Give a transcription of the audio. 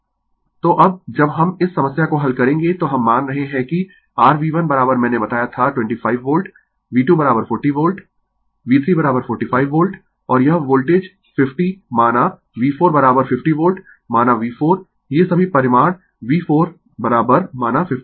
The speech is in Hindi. Refer Slide Time 0421 तो अब जब हम इस समस्या को हल करेंगें तो हम मान रहे है कि rV1 मैने बताया था 25 volt V2 40 volt V3 45 volt और यह वोल्टेज 50 माना V4 50 वोल्ट माना V4 ये सभी परिमाण V4माना 50 वोल्ट